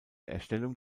erstellung